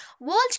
World